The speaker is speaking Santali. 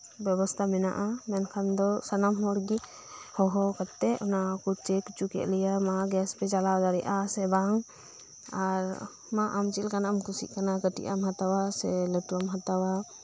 ᱵᱮᱵᱚᱥᱛᱟ ᱢᱮᱱᱟᱜ ᱟ ᱢᱮᱱᱠᱷᱟᱱ ᱫᱚ ᱥᱟᱱᱟᱢ ᱦᱚᱲᱜᱤ ᱦᱚᱦᱚ ᱠᱟᱛᱮᱜ ᱚᱱᱟᱠᱩ ᱪᱮᱠ ᱩᱪᱩᱠᱮᱫ ᱞᱮᱭᱟ ᱢᱟ ᱜᱮᱥᱯᱮ ᱪᱟᱞᱟᱣ ᱫᱟᱲᱤᱭᱟᱜ ᱟ ᱥᱮ ᱵᱟᱝ ᱟᱨ ᱢᱟ ᱟᱢᱪᱮᱫ ᱞᱮᱠᱟᱱᱟᱜ ᱮᱢ ᱠᱩᱥᱤᱜ ᱠᱟᱱᱟ ᱠᱟᱹᱴᱤᱡᱟᱜ ᱮᱢ ᱦᱟᱛᱟᱣᱟ ᱥᱮ ᱞᱟᱹᱴᱩᱣᱟᱜ ᱮᱢ ᱦᱟᱛᱟᱣᱟ